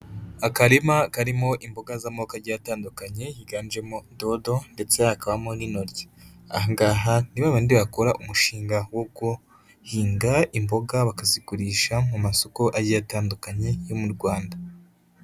Akarima karimo imboga z'amoko agiye atandukanye higanjemo dodo ndetse hakabamo n'intoryi, aha ngaha ni babandi bakora umushinga wo guhinga imboga bakazigurisha mu masoko agiye atandukanye yo mu Rwanda.